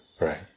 Right